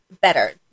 better